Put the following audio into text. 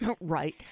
right